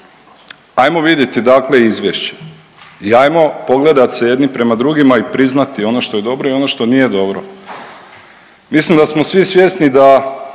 hajmo vidjeti dakle izvješće i hajmo pogledat se jedni prema drugima i priznati ono što je dobro i ono što nije dobro. Mislim da smo svi svjesni da